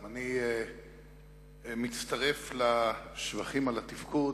גם אני מצטרף לשבחים על התפקוד,